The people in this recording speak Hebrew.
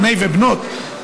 בני ובנות,